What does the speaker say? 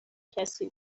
کسی